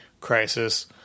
crisis